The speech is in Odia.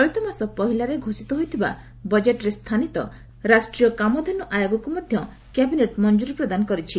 ଚଳିତମାସ ପହିଲାରେ ଘୋଷିତ ହୋଇଥିବା ବଜେଟ୍ରେ ସ୍ଥାନୀତ ରାଷ୍ଟ୍ରୀୟ କାମଧେନୁ ଆୟୋଗକୁ ମଧ୍ୟ କ୍ୟାବିନେଟ୍ ମଙ୍କୁରୀ ପ୍ରଦାନ କରିଛି